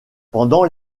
pendant